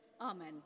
Amen